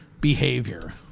behavior